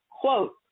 quote